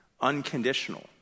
Unconditional